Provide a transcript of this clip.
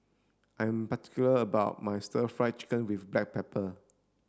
I am particular about my stir fry chicken with black pepper